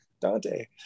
Dante